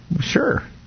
Sure